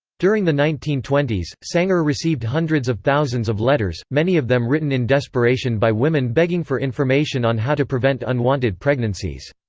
during the nineteen twenty s, sanger received hundreds of thousands of letters, many of them written in desperation by women begging for information on how to prevent unwanted pregnancies.